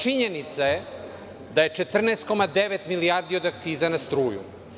Činjenica je da je 14,9 milijardi od akciza na struju.